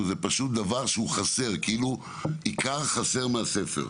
שחסר, כאילו עיקר חסר מהספר.